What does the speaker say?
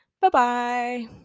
bye-bye